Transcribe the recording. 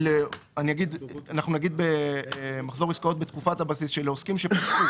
נגיד ב"מחזור עסקאות בתקופת הבסיס" שלעוסקים שפתחו